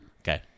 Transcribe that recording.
Okay